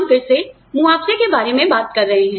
हम फिर से मुआवजे के बारे में बात कर रहे हैं